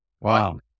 Wow